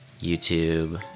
YouTube